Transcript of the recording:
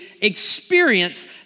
experience